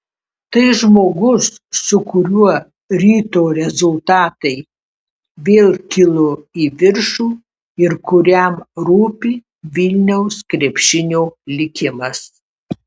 tai žmogus su kuriuo ryto rezultatai vėl kilo į viršų ir kuriam rūpi vilniaus krepšinio likimas